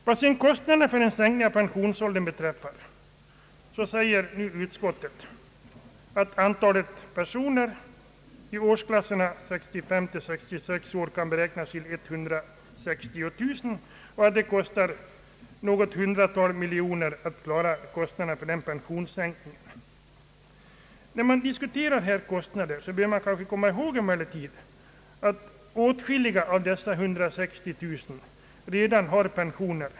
Beträffande kostnaderna för en sänkning av pensionsåldern säger utskottet att antalet personer i årsklasserna 65— 66 år kan beräknas till 160 000 och att det kostar något hundratal miljoner kronor att klara kostnaderna för denna pensionssänkning. När man diskuterar kostnaden, bör man emellertid komma ihåg att åtskilliga av dessa 160 000 redan har pensioner.